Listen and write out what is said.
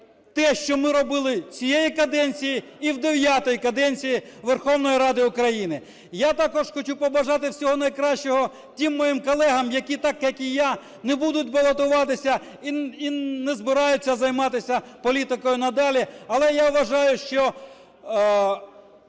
те, що ми робили цієї каденції, і в дев'ятій каденції Верховної Ради України. Я також хочу побажати всього найкращого тим моїм колегам, які так, як і я, не будуть балотуватися і не збираються займатися політикою надалі. Але я вважаю, що